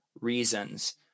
reasons